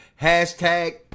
Hashtag